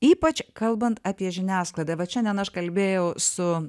ypač kalbant apie žiniasklaidą vat šiandien aš kalbėjau su